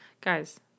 Guys